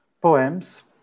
poems